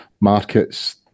markets